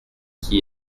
qui